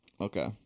Okay